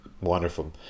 Wonderful